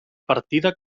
partida